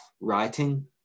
writing